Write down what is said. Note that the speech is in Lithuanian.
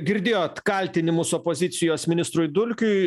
girdėjot kaltinimus opozicijos ministrui dulkiui